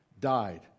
died